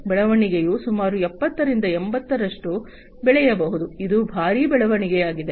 ಬೆಳವಣಿಗೆಯು ಸುಮಾರು 70 ರಿಂದ 80 ರಷ್ಟು ಬೆಳೆಯಬಹುದು ಇದು ಭಾರಿ ಬೆಳವಣಿಗೆಯಾಗಿದೆ